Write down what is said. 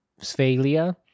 Sphalia